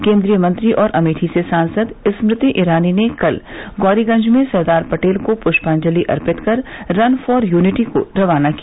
केंद्रीय मंत्री और अमेठी से सांसद स्मृति ईरानी ने कल गौरीगंज में सरदार पटेल को पृष्पांजलि अर्पित कर रन फॉर यूनिटी को रवाना किया